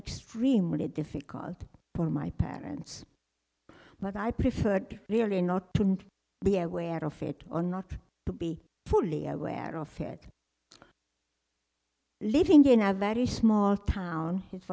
extremely difficult for my parents but i preferred clearly not to be aware of it or not to be fully aware of faired living in a very small town hi